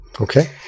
Okay